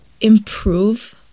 improve